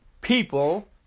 people